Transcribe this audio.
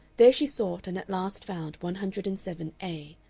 there she sought and at last found one hundred and seven a,